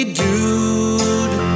dude